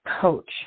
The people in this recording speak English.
coach